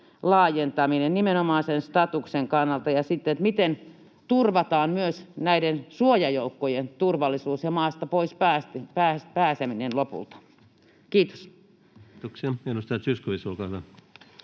laajentamista nimenomaan sen statuksen kannalta ja sitten sitä, miten turvataan myös näiden suojajoukkojen turvallisuus ja maasta pois pääseminen lopulta? — Kiitos. [Speech 19] Speaker: